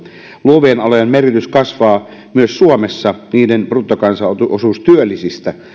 luovien alojen merkitys kasvaa myös suomessa niiden bruttokansantuoteosuus työllisistä